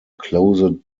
closed